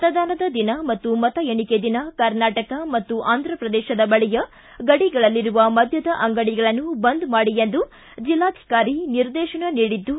ಮತದಾನದ ದಿನ ಮತ್ತು ಮತಎಣಿಕೆ ದಿನ ಕರ್ನಾಟಕ ಮತ್ತು ಆಂಧ್ರಪ್ರದೇಶದ ಬಳಿಯ ಗಡಿಗಳಲ್ಲಿರುವ ಮದ್ಯದ ಅಂಗಡಿಗಳನ್ನು ಬಂದ್ ಮಾಡಿ ಎಂದು ಜಿಲ್ಲಾಧಿಕಾರಿ ನಿರ್ದೇಶನ ನೀಡಿದ್ದು